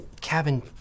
cabin